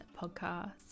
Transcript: podcast